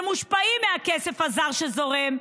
שמושפעים מהכסף הזר שזורם,